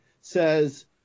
says